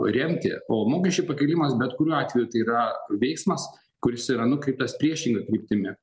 remti o mokesčių pakėlimas bet kuriuo atveju tai yra veiksmas kuris yra nukreiptas priešinga kryptimi